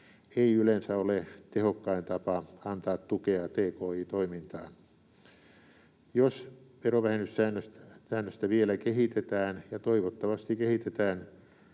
ei yleensä ole tehokkain tapa antaa tukea tki-toimintaan. Jos verovähennyssäännöstä vielä kehitetään — ja toivottavasti kehitetään